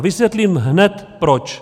Vysvětlím hned proč.